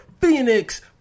Phoenix